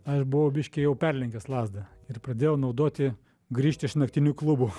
aš buvau biškį jau perlenkęs lazdą ir pradėjau naudoti grįžt iš naktinių klubų